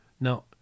Now